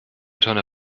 tonne